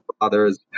others